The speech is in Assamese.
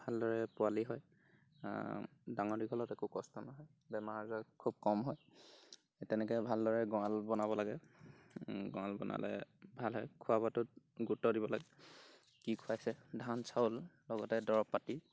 ভালদৰে পোৱালি হয় ডাঙৰ দীঘলত একো কষ্ট নহয় বেমাৰ আজাৰ খুৱ কম হয় তেনেকৈ ভালদৰে গঁৰাল বনাব লাগে গঁৰাল বনালে ভাল হয় খোৱা বোৱাটোত গুৰুত্ব দিব লাগে কি খুৱাইছে ধান চাউল লগতে দৰৱ পাতি